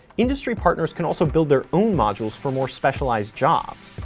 industry partners can also build their own modules for more specialized jobs.